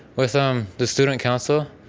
with um the student council,